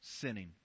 sinning